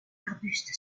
arbuste